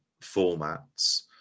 formats